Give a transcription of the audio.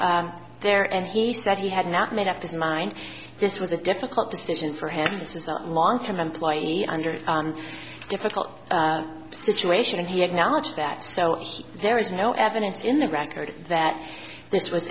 there and he said he had not made up his mind this was a difficult decision for him this is a long time employee under difficult situation and he acknowledged that so there is no evidence in the record that this was